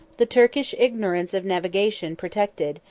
the turkish ignorance of navigation protected,